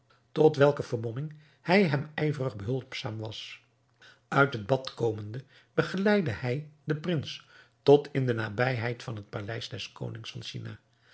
tot welke vermomming hij hem ijverig behulpzaam was uit het bad komende begeleidde hij den prins tot in de nabijheid van het paleis des konings